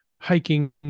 hiking